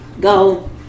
go